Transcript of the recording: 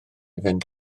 fynd